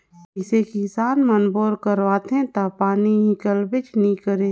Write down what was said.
कइयो किसान मन बोर करवाथे ता पानी हिकलबे नी करे